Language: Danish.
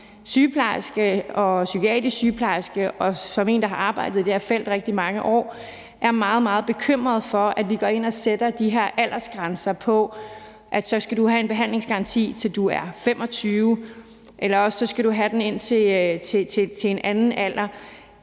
sygeplejerske og psykiatrisk sygeplejerske og en, der har arbejdet i det her felt i rigtig mange år, er meget, meget bekymret for, at vi går ind og sætter de her aldersgrænser på, så du skal have en behandlingsgaranti, til du er 25 år, eller også skal du have den indtil en anden alder.